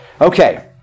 Okay